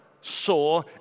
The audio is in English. saw